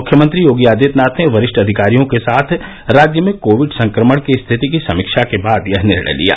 मुख्यमंत्री योगी आदित्यनाथ ने वरिष्ठ अधिकारियों के साथ राज्य में कोविड संक्रमण की स्थिति की समीक्षा के बाद यह निर्णय लिया